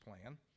plan